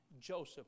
Joseph